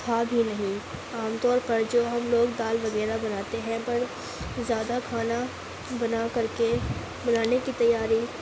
تھا بھی نہیں عام طور پر جو ہم لوگ دال وغیرہ بناتے ہیں پر زیادہ کھانا بنا کر کے کھلانے کی تیاری